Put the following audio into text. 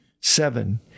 Seven